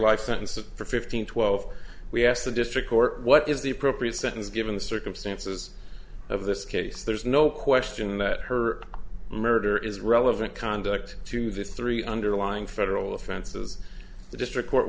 life sentence of fifteen twelve we asked the district court what is the appropriate sentence given the circumstances of this case there's no question that her murder is relevant conduct to this three underlying federal offenses the district court